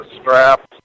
straps